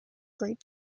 great